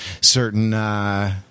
certain